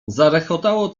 zarechotało